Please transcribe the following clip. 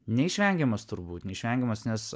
neišvengiamas turbūt neišvengiamas nes